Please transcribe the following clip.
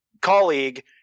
colleague